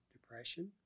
depression